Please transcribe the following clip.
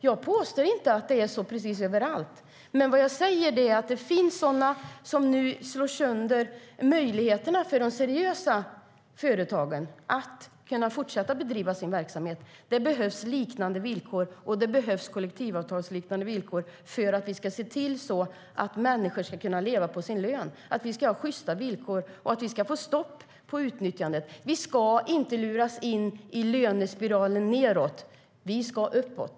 Jag påstår inte att det är så precis överallt, men vad jag säger är att det finns de som nu slår sönder möjligheterna för de seriösa företagen att fortsätta bedriva sina verksamheter. Det behövs liknande villkor, och kollektivavtalsliknande villkor, för att vi ska kunna se till att människor kan leva på sin lön, för att vi ska ha sjysta villkor och för att vi ska få stopp på utnyttjandet. Vi ska inte luras in i lönespiralen nedåt; vi ska uppåt.